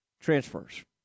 Transfers